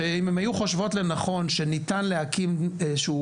שאם הן היו חושבות לנכון שניתן להקים איזה שהוא